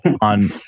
on